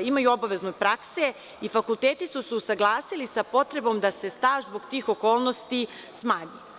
imali obaveznu praksu i fakulteti su se usaglasili sa potrebom da se staž zbog tih okolnosti smanji.